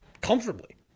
comfortably